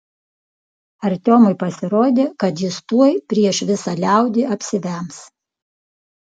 artiomui pasirodė kad jis tuoj prieš visą liaudį apsivems